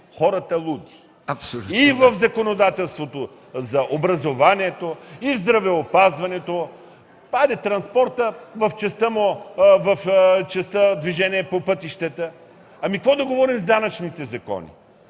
хората луди” и в законодателството за образованието, и в здравеопазването, хайде, транспортът – в частта „движение по пътищата”, какво да говорим за данъчните закони?!